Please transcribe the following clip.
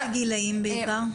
באיזה גילאים בעיקר?